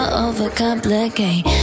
overcomplicate